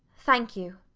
thank you.